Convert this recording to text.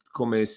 come